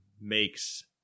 makes